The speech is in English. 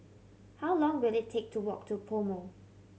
how long will it take to walk to PoMo